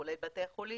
כולל בתי החולים,